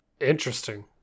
Interesting